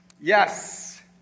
Yes